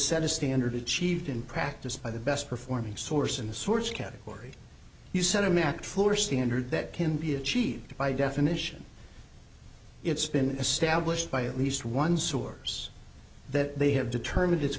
set a standard achieved in practice by the best performing source and source category you set a mattress standard that can be achieved by definition it's been established by at least one source that they have determined it's